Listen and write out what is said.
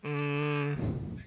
um